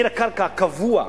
מחיר הקרקע קבוע,